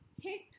hit